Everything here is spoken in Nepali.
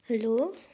हेलो